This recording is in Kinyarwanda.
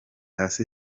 hasi